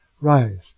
Rise